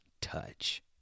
touch